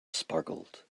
sparkled